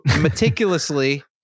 meticulously